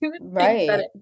Right